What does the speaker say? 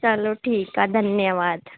चलो ठीकु आहे धन्यवादु